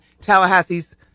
Tallahassee's